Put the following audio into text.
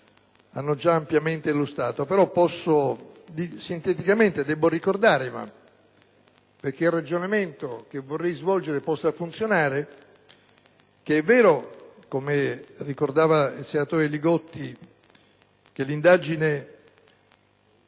hanno già ampiamente illustrato. Tuttavia, sinteticamente, debbo ricordare - affinché il ragionamento che vorrei svolgere possa funzionare - che è vero, come ricordava il senatore Li Gotti, che l'indagine